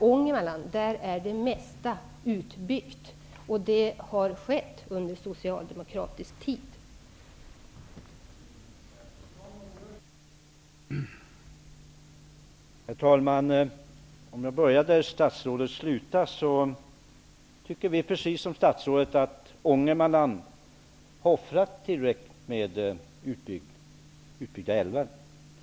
Ångermanland, är det mesta utbyggt, och det har skett under socialdemokratisk regeringstid.